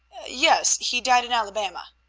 yes, he died in alabama.